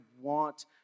want